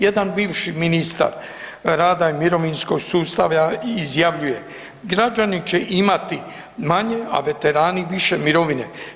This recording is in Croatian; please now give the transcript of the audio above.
Jedan bivši ministar rada i mirovinskog sustava izjavljuje, građani će imati manje, a veterani više mirovine.